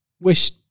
wish